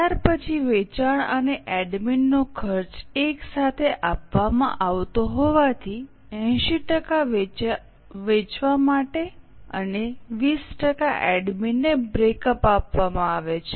ત્યાર પછી વેચાણ અને એડમિનનો ખર્ચ એક સાથે આપવામાં આવતો હોવાથી 80 ટકા વેચવા માટે અને 20 ટકા એડમિન ને બ્રેક અપ આપવામાં આવે છે